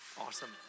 Awesome